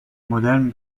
modern